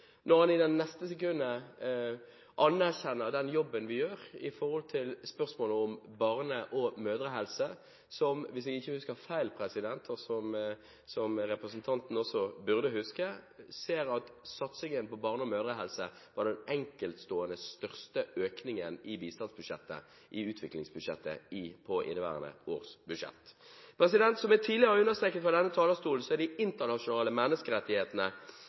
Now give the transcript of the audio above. når han i det neste sekundet anerkjenner den jobben vi gjør i spørsmålet om barne- og mødrehelse, der satsingen – hvis jeg ikke husker feil, og som representanten også burde huske – var den største enkeltstående økningen i bistandsbudsjettet, i utviklingsbudsjettet, i inneværende års budsjett. Som jeg tidligere har understreket fra denne talerstol, er de internasjonale menneskerettighetene